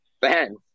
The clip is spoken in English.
fans